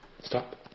Stop